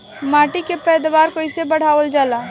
माटी के पैदावार कईसे बढ़ावल जाला?